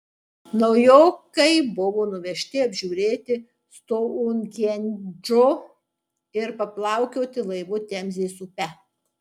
naujokai buvo nuvežti apžiūrėti stounhendžo ir paplaukioti laivu temzės upe